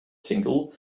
single